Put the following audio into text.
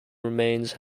remains